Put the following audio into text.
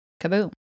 kaboom